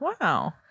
Wow